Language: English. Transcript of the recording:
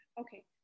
Okay